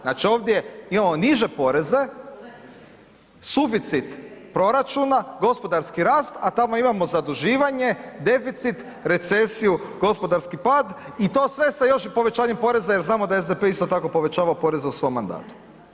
Znači, ovdje imamo niže poreze, suficit proračuna, gospodarski rast, a tamo imamo zaduživanje, deficit, recesiju, gospodarski pad i to sve sa još i povećanjem poreza jel znamo da je SDP isto tako povećavao poreze u svom mandatu.